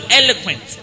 eloquent